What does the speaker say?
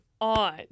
on